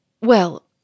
Well